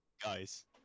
guys